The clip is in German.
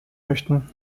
möchten